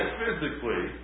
physically